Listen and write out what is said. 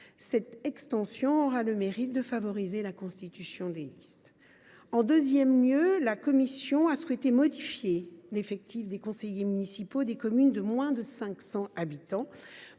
Cette extension aura le mérite de favoriser la constitution des listes. Ensuite, la commission a souhaité modifier l’effectif des conseils municipaux des communes de moins de 500 habitants